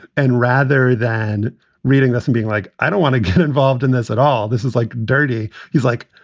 and rather than reading this and being like, i don't want to get involved in this at all, this is like dirty. he's like,